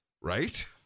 Right